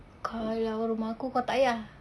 kalau rumah aku kau tak payah